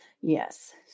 Yes